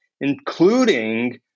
including